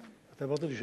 אתה העברת לי שאלה?